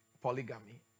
polygamy